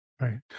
Right